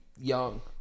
young